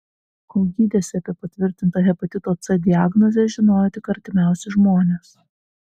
kol gydėsi apie patvirtintą hepatito c diagnozę žinojo tik artimiausi žmonės